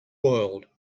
world